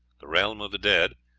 the realm of the dead,